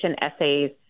essays